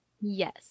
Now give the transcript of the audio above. Yes